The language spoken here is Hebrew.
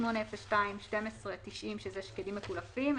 08021290 שזה שקדים מקולפים,